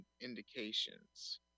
indications